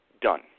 done